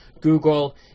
Google